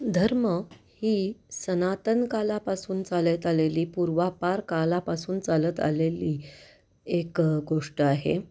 धर्म ही सनातन कालापासून चालत आलेली पूर्वापार कालापासून चालत आलेली एक गोष्ट आहे